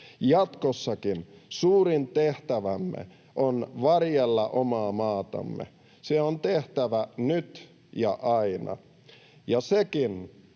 Jatkossakin suurin tehtävämme on varjella omaa maatamme. Se on tehtävä nyt ja aina, ja sekin